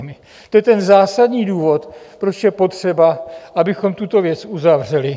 To je ten zásadní důvod, proč je potřeba, abychom tuto věc uzavřeli.